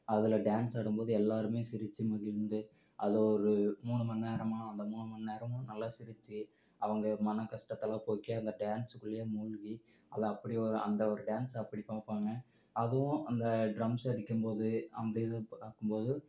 அதுல டான்ஸ் ஆடும்போது எல்லாருமே சிரிச்சு மகிழ்ந்து அது ஒரு மூணு மண்நேரமாக அந்த மூணு மண்நேரமும் நல்லா சிரிச்சு அவங்க மன கஷ்டத்தெல்லாம் போக்கி அந்த டான்ஸுக்குள்ளேயே மூழ்கி நல்லா அப்படி ஒரு அந்த ஒரு டான்ஸ் அப்படி பார்ப்பாங்க அதுவும் அந்த ட்ரம்ஸ் அடிக்கும்போது அந்த இது பார்க்கும்போது